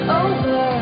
over